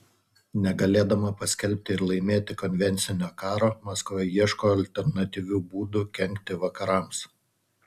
negalėdama paskelbti ir laimėti konvencinio karo maskva ieško alternatyvių būdų kenkti vakarams